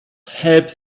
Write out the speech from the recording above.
help